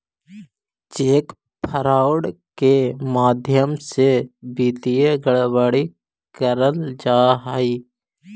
cheque fraud के माध्यम से वित्तीय गड़बड़ी कैल जा हइ